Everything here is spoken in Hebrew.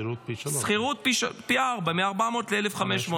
שכירות פי ארבעה, מ-400 ל-1,500 דולר.